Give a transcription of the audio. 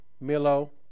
Milo